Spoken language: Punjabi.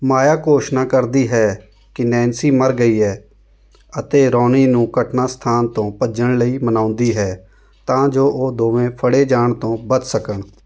ਮਾਇਆ ਘੋਸ਼ਣਾ ਕਰਦੀ ਹੈ ਕਿ ਨੈਨਸੀ ਮਰ ਗਈ ਹੈ ਅਤੇ ਰੌਨੀ ਨੂੰ ਘਟਨਾ ਸਥਾਨ ਤੋਂ ਭੱਜਣ ਲਈ ਮਨਾਉਂਦੀ ਹੈ ਤਾਂ ਜੋ ਉਹ ਦੋਵੇਂ ਫੜ੍ਹੇ ਜਾਣ ਤੋਂ ਬਚ ਸਕਣ